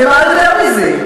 אני אומר יותר מזה.